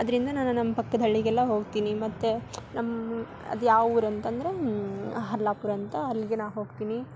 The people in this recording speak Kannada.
ಅದರಿಂದ ನಾನು ನಮ್ಮ ಪಕ್ಕದ್ ಹಳ್ಳಿಗೆಲ್ಲ ಹೋಗ್ತೀನಿ ಮತ್ತು ನಮ್ಮ ಅದು ಯಾವ ಊರು ಅಂತಂದ್ರೆ ಹಲ್ಲಾಪುರ ಅಂತ ಅಲ್ಲಿಗೆ ನಾ ಹೋಗ್ತೀನಿ